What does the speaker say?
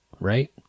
right